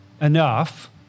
enough